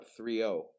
3-0